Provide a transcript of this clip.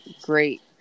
great